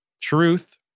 truth